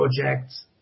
projects